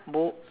book